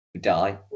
die